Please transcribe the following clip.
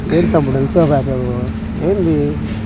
ఏం తమ్ముడు ఇంత సేపు ఆగావు ఏంది